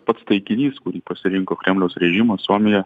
pats taikinys kurį pasirinko kremliaus režimas suomija